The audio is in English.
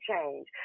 change